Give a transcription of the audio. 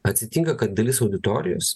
atsitinka kad dalis auditorijos